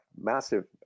massive